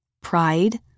Pride